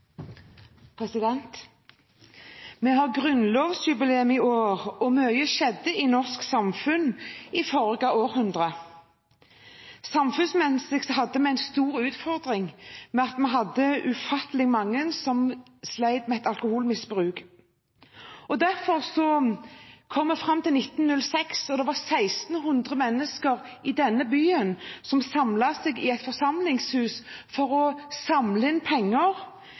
Vi har grunnlovsjubileum i år, og mye skjedde i norsk samfunn i forrige århundre. Samfunnsmessig hadde vi en stor utfordring med at vi hadde ufattelig mange som slet med et alkoholmisbruk. Derfor: Vi kom fram til 1906, og det var 1 600 mennesker i denne byen som samlet seg i et forsamlingshus for å samle inn penger